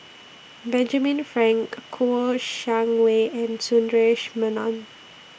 Benjamin Frank Kouo Shang Wei and Sundaresh Menon